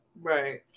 right